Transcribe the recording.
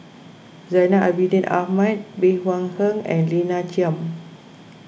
Zainal Abidin Ahmad Bey Hua Heng and Lina Chiam